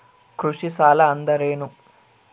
ಕೃಷಿ ಸಾಲ ಅಂದರೇನು?